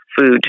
food